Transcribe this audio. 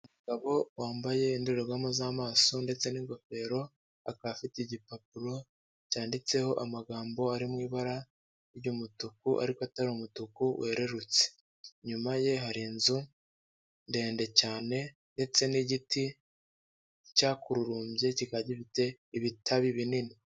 Umugabo wambaye indorerwamo z'amaso ndetse n'ingofero akaba afite igipapuro cyanditseho amagambo ari mu ibara ry'umutuku ariko atari umutuku wererutse, inyuma ye hari inzu ndende cyane ndetse n'igiti cyakurumbye kikaba gifite itabi binini.